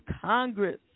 Congress